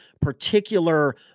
particular